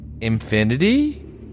infinity